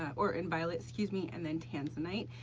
or in violet, excuse me, and then tanzanite.